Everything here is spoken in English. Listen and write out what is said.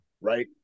Right